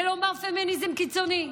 ולומר "פמיניזם קיצוני".